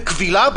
בכבילה?